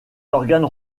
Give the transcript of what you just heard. organes